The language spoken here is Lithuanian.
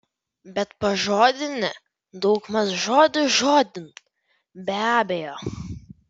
bet pažodinį daugmaž žodis žodin be abejo